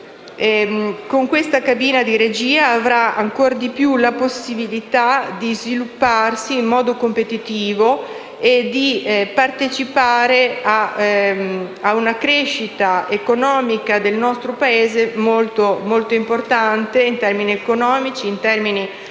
già molto rilevante, avrà ancora di più la possibilità di svilupparsi in modo competitivo e di partecipare ad una crescita economica del nostro Paese molto importante in termini economici, occupazionali